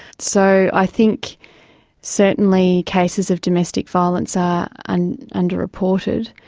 so i think certainly cases of domestic violence are and underreported,